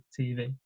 tv